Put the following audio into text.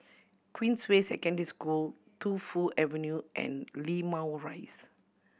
Queensway Secondary School Tu Fu Avenue and Limau Rise